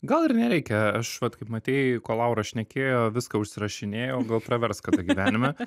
gal ir nereikia aš vat kaip matei kol laura šnekėjo viską užsirašinėjau gal pravers kada gyvenime